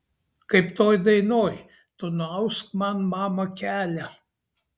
kaip toj dainoj tu nuausk man mama kelią